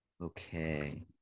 Okay